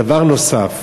דבר נוסף,